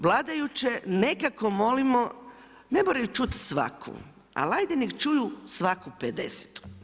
Vladajuće nekako molimo, ne moraju čut svaku, ali hajde nek' čuju svaku 50.